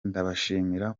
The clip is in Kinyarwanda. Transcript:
ndabashimira